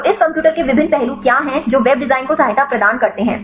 तो इस कंप्यूटर के विभिन्न पहलू क्या हैं जो वेब डिज़ाइन को सहायता प्रदान करते हैं